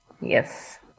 Yes